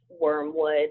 wormwood